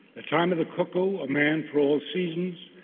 the time of the cuckoo, a man for all seasons,